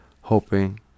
hoping